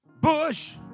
Bush